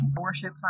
worship